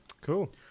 Cool